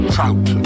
Trout